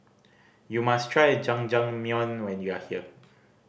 you must try Jajangmyeon when you are here